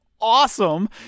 awesome